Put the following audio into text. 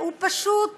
הוא פשוט